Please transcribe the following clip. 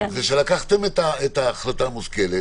שלקחתם את ההחלטה המושכלת,